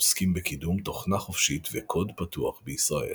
העוסקים בקידום תוכנה חופשית וקוד פתוח בישראל.